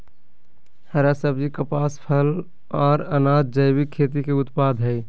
हरा सब्जी, कपास, फल, आर अनाज़ जैविक खेती के उत्पाद हय